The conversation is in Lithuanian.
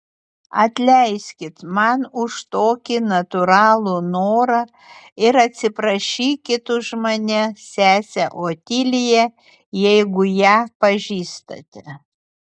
atleiskit man už tokį natūralų norą ir atsiprašykit už mane sesę otiliją jeigu ją pažįstate